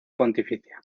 pontificia